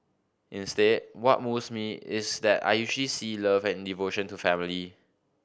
instead what moves me is that I usually see love and devotion to family